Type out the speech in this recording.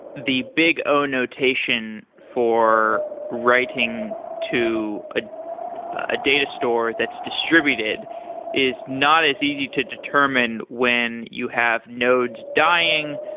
the big o notation for writing to a ah data store that's distributed is not as easy to determine when you have nodes dying.